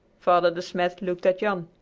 father de smet looked at jan.